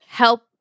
Help